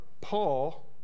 Paul